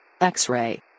X-Ray